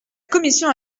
commission